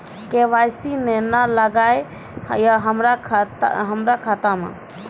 KYC ने न लागल या हमरा खाता मैं?